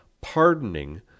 pardoning